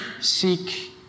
seek